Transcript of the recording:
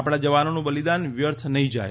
આપણા જવાનોનું બલિદાન વ્યર્થ નહીં જાય